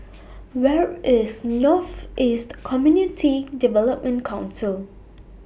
Where IS North East Community Development Council